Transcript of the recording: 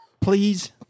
please